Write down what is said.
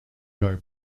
are